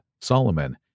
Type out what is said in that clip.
Solomon